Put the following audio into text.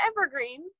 Evergreen